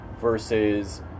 versus